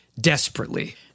desperately